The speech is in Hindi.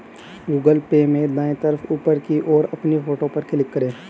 गूगल पे में दाएं तरफ ऊपर की ओर अपनी फोटो पर क्लिक करें